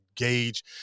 engage